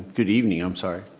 good evening i'm sorry.